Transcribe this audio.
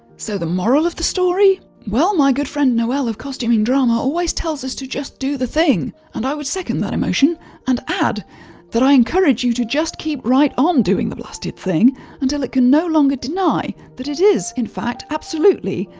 so the moral of the story, well, my good friend, noelle of costuming drama always tells us to just do the thing. and i would second that emotion and add that i encourage you to just keep right on um doing the blasted thing until it can no longer deny that it is in fact absolutely,